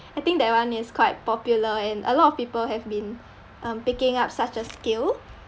I think that one is quite popular and a lot of people have been um picking up such as skill